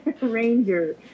Ranger